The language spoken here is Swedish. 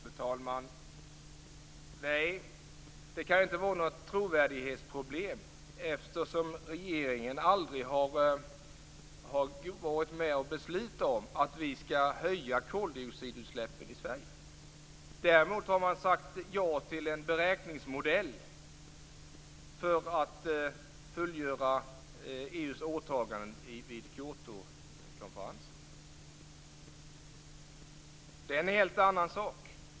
Fru talman! Nej, det kan inte vara något trovärdighetsproblem, eftersom regeringen aldrig har varit med och beslutat om att vi skall höja koldioxidutsläppen i Sverige. Däremot har man sagt ja till en beräkningsmodell för att fullgöra EU:s åtaganden vid Kyotokonferensen. Det är en helt annan sak.